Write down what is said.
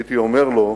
הייתי אומר לו: